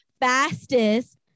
fastest